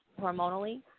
hormonally